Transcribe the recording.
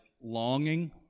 longing